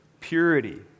purity